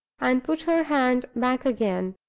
and put her hand back again.